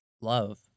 love